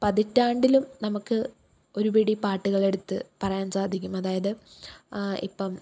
പതിറ്റാണ്ടിലും നമുക്ക് ഒരുപിടി പാട്ടുകളെടുത്ത് പറയാൻ സാധിക്കും അതായത് ഇപ്പം